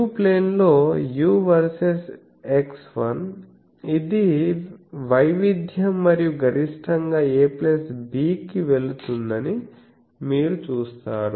u ప్లేన్లో u versus x ఇది వైవిధ్యం మరియు గరిష్టంగా ab కి వెళుతుందని మీరు చూస్తారు